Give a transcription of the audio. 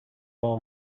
ball